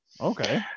Okay